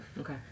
Okay